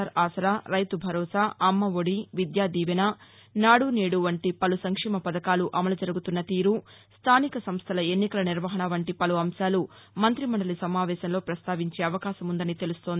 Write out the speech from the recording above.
are Aasara Rythu Bharosa Amma Vodi Vidya Deevena Nadu Nedu వంటి పలు సంక్షేమ పథకాలు అమలు జరుగుతున్నతీరు స్టానిక సంస్టల ఎన్నికల నిర్వహణ వంటీ పలు అంశాలు మంతిమండలి సమావేశంలో పస్తావించే అవకాశముందని తెలుస్తోంది